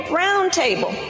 roundtable